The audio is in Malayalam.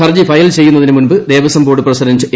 ഹർജി ഫയൽ ചെയ്യുന്നതിന് മുമ്പ് ദേവസ്വംബോർഡ് പ്രസിഡന്റ് എ